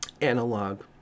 analog